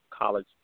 College